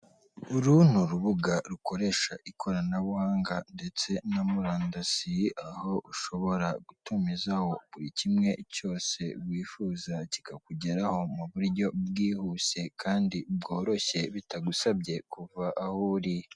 Uru n’urubuga rukoresha ikoranabuhanga ndetse na murandasi, ah’ushobora gutumiza buri kimwe cyose wifuza kikakugeraho mu buryo bwihuse, kandi bworoshye bitagusabye kuva ah’uri.